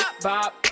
bop